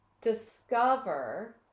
discover